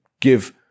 give